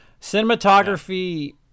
Cinematography